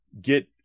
get